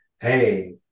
hey